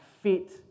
fit